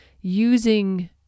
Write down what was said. using